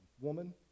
Woman